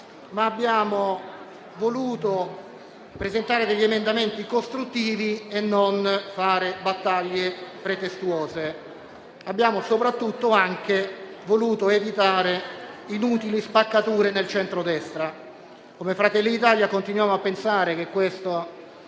ma abbiamo voluto presentare degli emendamenti costruttivi e non fare battaglie pretestuose. Abbiamo soprattutto voluto evitare inutili spaccature nel Centrodestra. Come Fratelli d'Italia continuiamo a pensare che questa